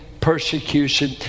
persecution